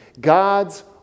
God's